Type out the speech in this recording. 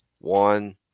one